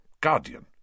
guardian